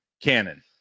canon